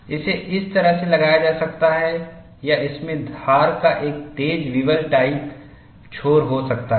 इसे इस तरह से लगाया जा सकता है या इसमें धार का एक तेज विवल टाइप छोर हो सकता है